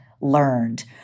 learned